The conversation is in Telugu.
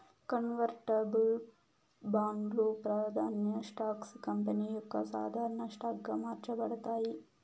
కన్వర్టబుల్ బాండ్లు, ప్రాదాన్య స్టాక్స్ కంపెనీ యొక్క సాధారన స్టాక్ గా మార్చబడతాయి